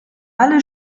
alle